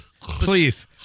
Please